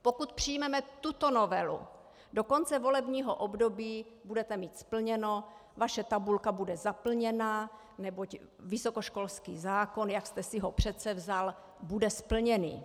Pokud přijmeme tuto novelu, do konce volebního období, budete mít splněno, vaše tabulka bude zaplněna, neboť vysokoškolský zákon, jak jste si ho předsevzal, bude splněný.